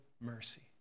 mercy